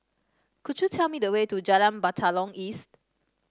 could you tell me the way to Jalan Batalong East